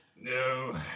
no